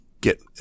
get